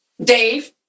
Dave